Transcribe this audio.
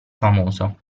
famoso